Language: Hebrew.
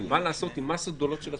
מה לעשות עם מסות גדולות של עצורים.